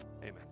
Amen